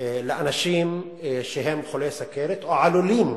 לאנשים שהם חולי סוכרת או עלולים